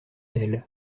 elle